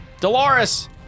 Dolores